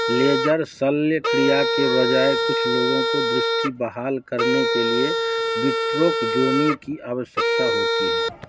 laser शल्यक्रिया के बजाय कुछ लोगों को दृष्टि बहाल करने के लिए विट्रो जोमी की आवश्यकता होती है